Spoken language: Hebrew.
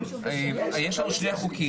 יש לנו שני חוקים,